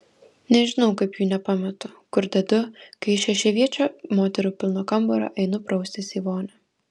nežinau kaip jų nepametu kur dedu kai iš šešiaviečio moterų pilno kambario einu praustis į vonią